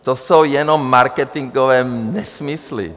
To jsou jenom marketinkové nesmysly.